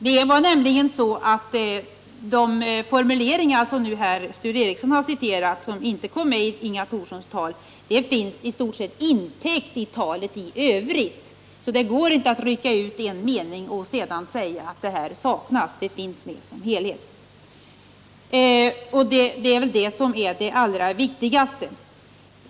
De formuleringar som Sture Ericson citerat och som inte kom med i Inga Thorssons tal finns i stort sett med i talet i övrigt. Det går inte att rycka ut en mening och sedan säga att något saknas. Som helhet finns allt med. Det är väl det som är det allra viktigaste.